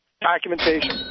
documentation